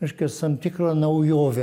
reiškias tam tikrą naujovę